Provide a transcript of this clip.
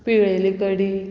पिळेली कडी